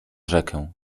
rzekę